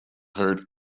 heard